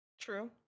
True